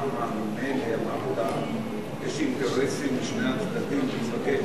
ששם ממילא יש אינטרסים לשני הצדדים להיפגש,